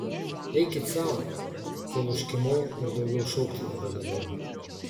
eikit sau kol užkimau ir daugiau šaukti nebegalėjau